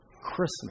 Christmas